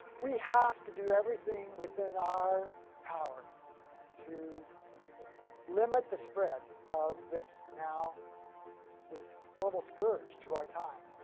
we have to do everything within our power to limit the spread of this now this horrible scourge to our time.